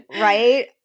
Right